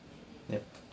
yup